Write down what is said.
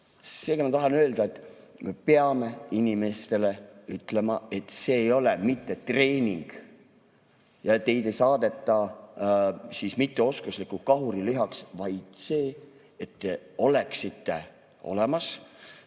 Sellega ma tahan öelda, et me peame inimestele ütlema, et see ei ole mitte treening ja teid ei saadeta mitteoskuslikuks kahurilihaks, vaid see on see, et te oleksite olemas,